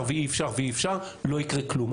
ואי אפשר ואי אפשר לא יקרה כלום.